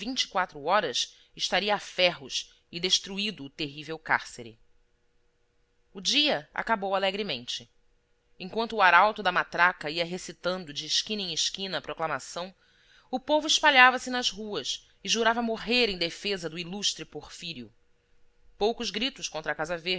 e quatro horas estaria a ferros e destruído o terrível cárcere o dia acabou alegremente enquanto o arauto da matraca ia recitando de esquina em esquina a proclamação o povo espalhava-se nas ruas e jurava morrer em defesa do ilustre porfírio poucos gritos contra a casa